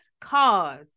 cause